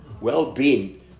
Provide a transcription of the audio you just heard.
Well-being